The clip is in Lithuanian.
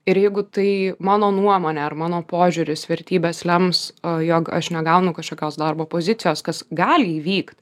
ir jeigu tai mano nuomonė ar mano požiūris vertybės lems jog aš negaunu kažkokios darbo pozicijos kas gali įvykt